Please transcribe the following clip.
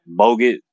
Bogut